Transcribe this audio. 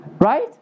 Right